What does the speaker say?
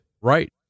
Right